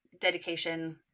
dedication